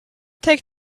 take